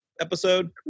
episode